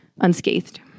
unscathed